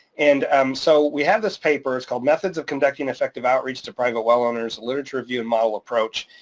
and um so we have this paper, it's called methods of conducting effective outreach to private well owners, a literature review and model approach,